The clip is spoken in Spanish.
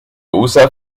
usa